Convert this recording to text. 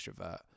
extrovert